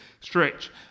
Stretch